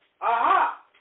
Aha